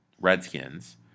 Redskins